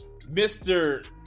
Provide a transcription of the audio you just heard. Mr